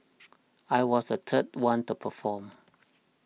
I was the third one to perform